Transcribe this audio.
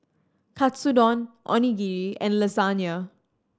Katsudon Onigiri and Lasagna